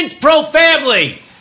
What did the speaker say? Pro-family